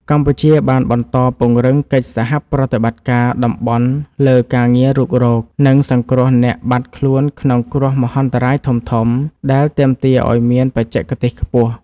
កម្ពុជាបានបន្តពង្រឹងកិច្ចសហប្រតិបត្តិការតំបន់លើការងាររុករក និងសង្គ្រោះអ្នកបាត់ខ្លួនក្នុងគ្រោះមហន្តរាយធំៗ ដែលទាមទារឱ្យមានបច្ចេកទេសខ្ពស់។